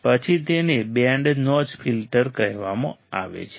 પછી તેને band notch filter કહેવામાં આવે છે